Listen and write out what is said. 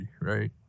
right